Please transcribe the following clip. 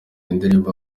indirimbo